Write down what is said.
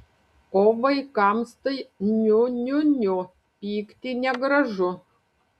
o vaikams tai niu niu niu pykti negražu